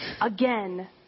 again